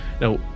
Now